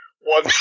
One